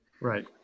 right